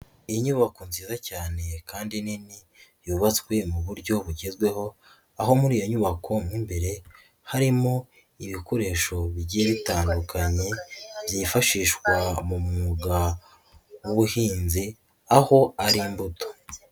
Inyubako nziza cyane kandi nini yubatswe mu buryo bugezweho, aho muri iyo nyubako mo imbere harimo ibikoresho bigiye bitandukanye byifashishwa mu mwuga w'ubuhinzi aho ari imbuto.